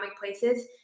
places